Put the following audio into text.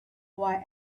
while